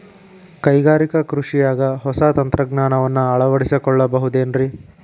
ಕೈಗಾರಿಕಾ ಕೃಷಿಯಾಗ ಹೊಸ ತಂತ್ರಜ್ಞಾನವನ್ನ ಅಳವಡಿಸಿಕೊಳ್ಳಬಹುದೇನ್ರೇ?